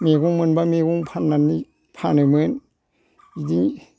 मैगं मोनबा मैगं फाननानै फानोमोन बिदि